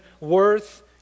worth